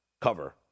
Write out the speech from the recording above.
cover